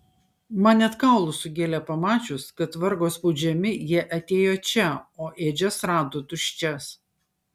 man net kaulus sugėlė pamačius kad vargo spaudžiami jie atėjo čia o ėdžias rado tuščias